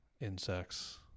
Insects